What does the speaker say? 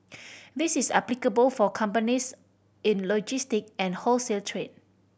this is applicable for companies in logistic and wholesale trade